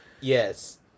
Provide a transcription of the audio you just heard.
Yes